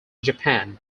japan